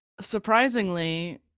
surprisingly